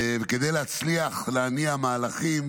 כדי להצליח להניע מהלכים,